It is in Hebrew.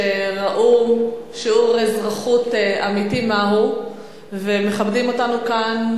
שראו שיעור אזרחות אמיתי מהו ומכבדים אותנו כאן,